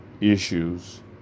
issues